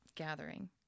gathering